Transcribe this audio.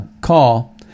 call